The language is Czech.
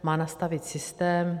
Má nastavit systém.